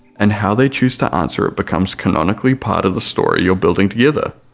and how they choose to answer it becomes canonically part of the story you're building together,